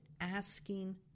asking